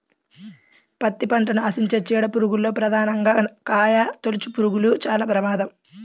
పత్తి పంటను ఆశించే చీడ పురుగుల్లో ప్రధానంగా కాయతొలుచుపురుగులు చాలా ప్రమాదం